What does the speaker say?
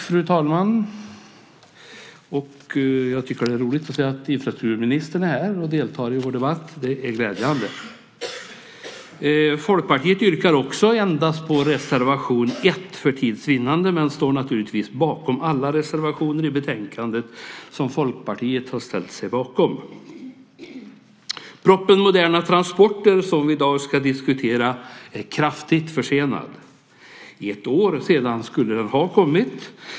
Fru talman! Jag tycker att det är roligt att se att infrastrukturministern är här och deltar i vår debatt. Det är glädjande. Jag yrkar för tids vinnande från Folkpartiet bifall endast till reservation 1, men vi står naturligtvis bakom alla reservationer där Folkpartiet finns med. Propositionen Moderna transporter som vi ska diskutera i dag är kraftigt försenad. Den skulle ha kommit för ett år sedan.